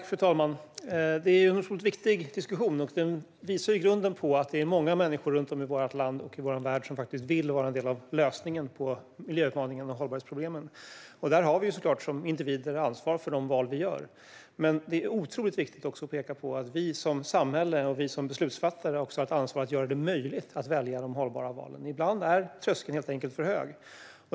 Fru talman! Det är en otroligt viktig diskussion, och den visar i grunden att många människor i vårt land och i vår värld vill vara en del av lösningen på miljöutmaningen och hållbarhetsproblemen. Det är klart att vi som individer har ett ansvar för de val vi gör, men det är otroligt viktigt att peka på att vi som samhälle och vi som beslutsfattare har ett ansvar för att göra det möjligt att göra hållbara val. Ibland är tröskeln helt enkelt för hög.